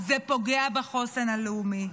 זה פוגע בחוסן הלאומי,